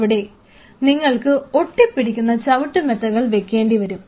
അവിടെ നിങ്ങൾക്ക് ഒട്ടിപ്പിടിക്കുന്ന ചവിട്ടുമെത്തകൾ വെക്കേണ്ടിവരും